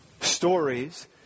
stories